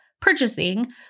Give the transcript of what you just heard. purchasing